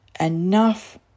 enough